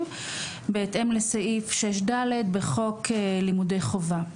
בהתאם לסעיף 6ד' בחוק לימודי חובה.